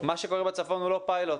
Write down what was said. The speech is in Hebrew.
מה שקורה בצפון, הוא לא פיילוט